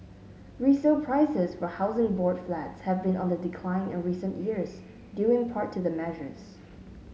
resale prices for Housing Board Flats have been on the decline in recent years due in part to the measures